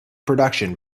production